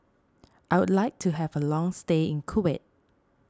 I would like to have a long stay in Kuwait